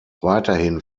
weiterhin